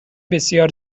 بسیار